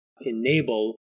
enable